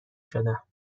شدم